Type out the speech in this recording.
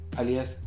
alias